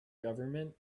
government